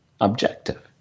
objective